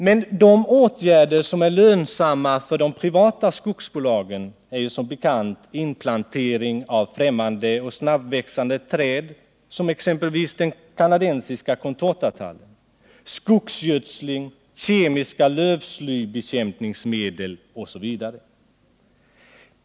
Men de åtgärder som är lönsamma för de privata skogsbolagen är ju som bekant inplantering av främmande och snabbväxande träd, exempelvis den kanadensiska contortatallen, samt skogsgödsling, kemiska lövslybekämpningsmedel, osv.